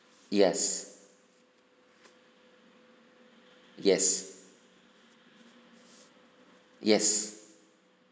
yes yes yes